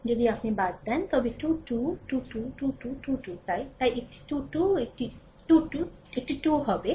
যদি আপনি বাদ দেন তবে এটি 2 2 2 2 2 2 2 2 তাই একটি 2 2 একটি 2 2 2 2 একটি 2 হবে